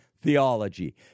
theology